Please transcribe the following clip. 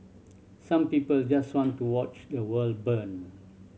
some people just want to watch the world burn